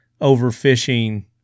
overfishing